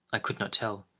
i could not tell.